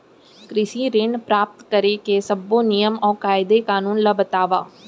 कृषि ऋण प्राप्त करेके सब्बो नियम अऊ कायदे कानून ला बतावव?